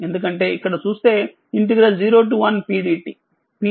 ఎందుకంటేఇక్కడ చూస్తే 01Pdt P సానుకూలముగా ఉంటుంది